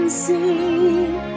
see